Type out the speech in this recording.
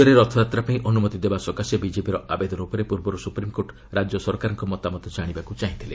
ରାଜ୍ୟରେ ରଥଯାତ୍ରା ପାଇଁ ଅନୁମତି ଦେବା ସକାଶେ ବିକେପିର ଆବେଦନ ଉପରେ ପୂର୍ବରୁ ସୁପ୍ରିମ୍କୋର୍ଟ ରାଜ୍ୟ ସରକାରଙ୍କ ମତାମତ ଜାଶିବାକୁ ଚାହିଁଥିଲେ